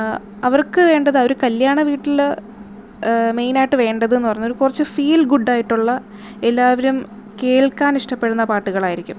അവര്ക്ക് വേണ്ടത് ഒരു കല്യാണ വീട്ടില് മെയിന് ആയിട്ട് വേണ്ടതെന്ന് പറഞ്ഞാല് കുറച്ച് ഫീല് ഗുഡ് ആയിട്ടുള്ള എല്ലാവരും കേള്ക്കാന് ഇഷ്ട്ടപ്പെടുന്ന പാട്ടുകളായിരിക്കും